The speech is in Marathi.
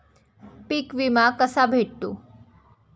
पीक विमा कसा भेटतो?